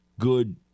good